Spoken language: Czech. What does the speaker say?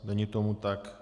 Není tomu tak.